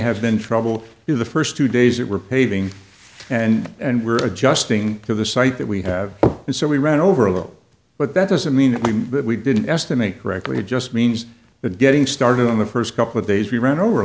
have been trouble in the first two days that we're paving and and we're adjusting to the site that we have and so we ran over ago but that doesn't mean that we didn't estimate correctly it just means that getting started on the first couple of days we ran over